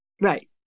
Right